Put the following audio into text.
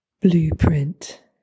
blueprint